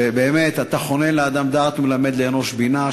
שבאמת "אתה חונן לאדם דעת ומלמד לאנוש בינה"